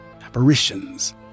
apparitions